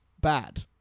bad